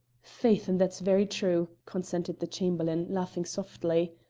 faith, and that's very true, consented the chamberlain, laughing softly.